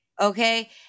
Okay